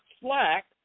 slack